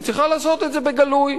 היא צריכה לעשות את זה בגלוי.